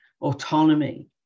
autonomy